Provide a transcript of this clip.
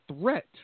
threat